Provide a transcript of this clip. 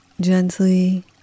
gently